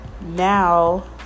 now